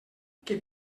que